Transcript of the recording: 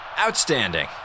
Outstanding